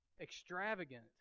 extravagant